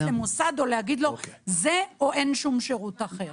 למוסד או לומר לו: זה או אין שום שירות אחר.